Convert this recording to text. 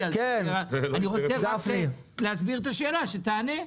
אני רוצה להסביר את השאלה ואז תענה.